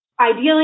ideally